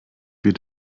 wir